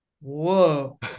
Whoa